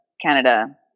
Canada